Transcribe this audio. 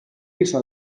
riso